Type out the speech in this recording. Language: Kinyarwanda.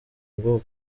ubwo